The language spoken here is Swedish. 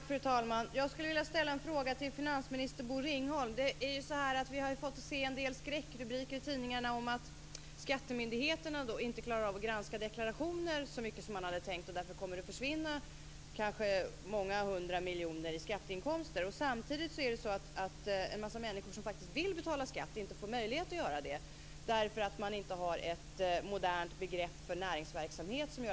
Fru talman! Jag skulle vilja ställa en fråga till finansminister Bo Ringholm. Vi har fått se en del skräckrubriker i tidningarna om att skattemyndigheterna inte klarar att granska deklarationerna så mycket som man hade tänkt. Därför kommer det att försvinna kanske många hundra miljoner i skatteinkomster. Samtidigt får en massa människor som faktiskt vill betala skatt inte möjlighet att göra det därför att man inte har ett modernt begrepp för näringsverksamhet.